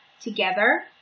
together